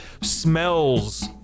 smells